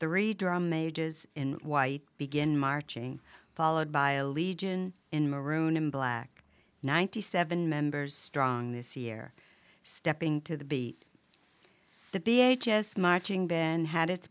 re drum mages in white begin marching followed by a legion in maroon and black ninety seven members strong this year stepping to the b the b h s marching band had its